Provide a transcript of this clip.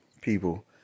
people